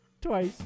Twice